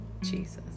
Jesus